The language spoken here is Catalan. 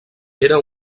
era